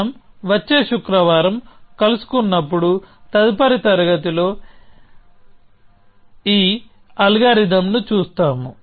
మనం వచ్చే శుక్రవారం కలుసుకున్నప్పుడు తదుపరి తరగతిలో ఈ అల్గోరిథం ను చూస్తాము